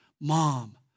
mom